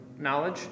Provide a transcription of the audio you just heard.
knowledge